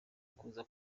kuza